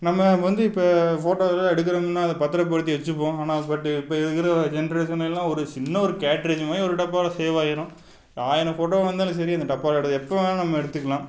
நம்ம வந்து இப்ப ஃபோட்டோஸெலாம் எடுக்குறோம்னால் அதை பத்திரப்படுத்தி வெச்சுப்போம் ஆனால் பட்டு இப்போ இருக்கிற ஜென்ரேஷன் எல்லா ஒரு சின்ன ஒரு கேட்ரேஜ் மாதிரி ஒரு டப்பாவில் சேவ் ஆயிடும் ஆயிரம் ஃபோட்டோ வந்தாலும் சரி அந்த டப்பாவில் எடுத் எப்போ வேணாலும் நம்ம எடுத்துக்கலாம்